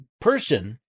person